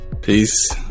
Peace